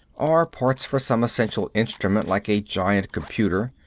or parts for some essential instrument like a giant computer,